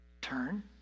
Turn